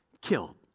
killed